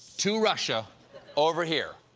to russia over here,